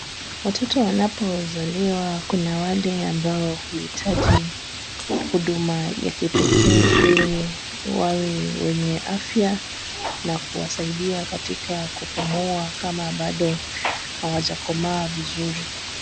Watoto wanapozaliwa kuna wale ambao huhitaji huduma ya kipekee ili wawe wenye afya na kuwasaidia katika kupumua kama bado hawajakomaa vizuri.